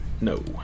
No